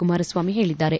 ಕುಮಾರಸ್ವಾಮಿ ಹೇಳಿದ್ದಾರೆ